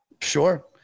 Sure